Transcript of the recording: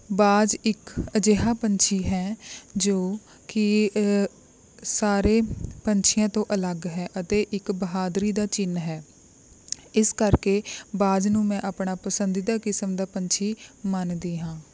ਬਾਜ਼ ਇੱਕ ਅਜਿਹਾ ਪੰਛੀ ਹੈ ਜੋ ਕਿ ਸਾਰੇ ਪੰਛੀਆਂ ਤੋਂ ਅਲੱਗ ਹੈ ਅਤੇ ਇੱਕ ਬਹਾਦਰੀ ਦਾ ਚਿੰਨ੍ਹ ਹੈ ਇਸ ਕਰਕੇ ਬਾਜ਼ ਨੂੰ ਮੈਂ ਆਪਣਾ ਪਸੰਦੀਦਾ ਕਿਸਮ ਦਾ ਪੰਛੀ ਮੰਨਦੀ ਹਾਂ